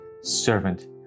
servant